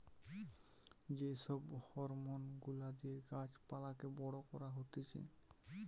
যে সব হরমোন গুলা দিয়ে গাছ পালাকে বড় করা হতিছে